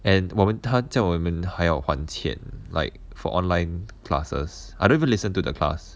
and 我们他教我们还要还钱 like for online classes I don't even listen to the class